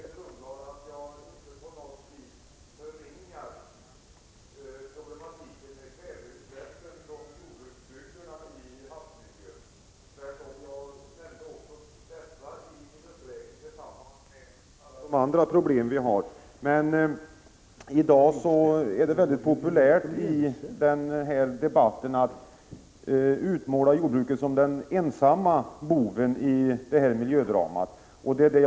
Herr talman! Låt mig säga till Grethe Lundblad att jag inte på något vis förnekar problemet med kväveutsläppen från jordbruksbygderna till havsmiljön. Tvärtom — jag nämnde också detta i min uppräkning tillsammans med alla de andra problem som vi har. Men i dag är det mycket populärt att i debatten utmåla jordbruket som den ensamma boven i det miljödrama som det här är fråga om.